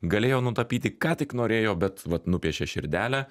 galėjo nutapyti ką tik norėjo bet vat nupiešė širdelę